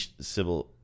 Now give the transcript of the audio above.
Sybil